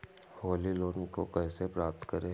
Holi loan को कैसे प्राप्त करें?